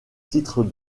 titre